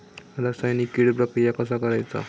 रासायनिक कीड प्रक्रिया कसा करायचा?